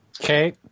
Okay